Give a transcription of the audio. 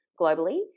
globally